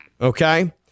okay